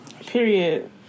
Period